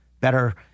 better